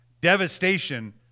devastation